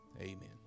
amen